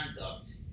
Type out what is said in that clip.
conduct